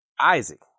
Isaac